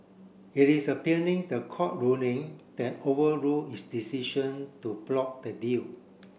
it is appealing the court ruling that overrule its decision to block the deal